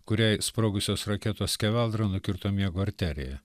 kuriai sprogusios raketos skeveldra nukirto miego arteriją